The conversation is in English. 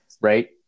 Right